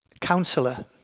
Counselor